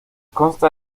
consta